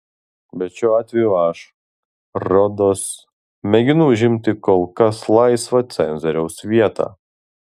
bet šiuo atveju aš rodos mėginu užimti kol kas laisvą cenzoriaus vietą